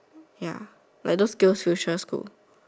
ya like those skills future school